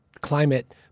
climate